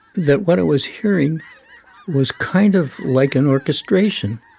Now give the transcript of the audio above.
that what i was hearing was kind of like an orchestration